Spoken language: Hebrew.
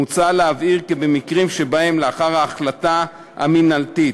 מוצע להבהיר כי במקרים שבהם לאחר ההחלטה המינהלתית,